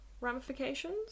ramifications